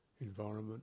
Environment